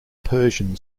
persian